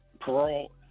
parole